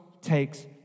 takes